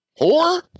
Whore